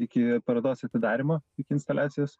iki parodos atidarymo iki instaliacijos